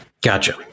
Gotcha